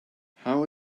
how